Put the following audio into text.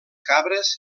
cabres